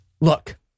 Look